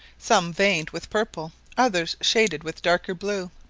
some veined with purple, others shaded with darker blue.